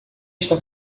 está